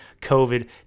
covid